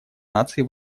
наций